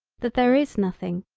that there is nothing,